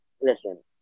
Listen